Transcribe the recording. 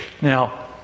Now